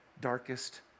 darkest